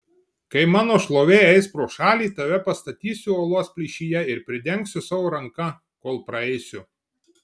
kai mano šlovė eis pro šalį tave pastatysiu uolos plyšyje ir pridengsiu savo ranka kol praeisiu